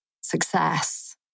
success